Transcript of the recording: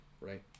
right